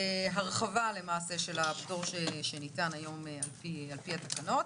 הרחבה למעשה של הפטור שניתן היום על פי התקנות.